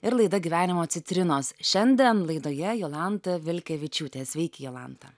ir laida gyvenimo citrinos šiandien laidoje jolanta vilkevičiūtė sveiki jolanta